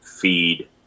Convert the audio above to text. feed